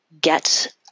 get